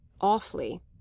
Awfully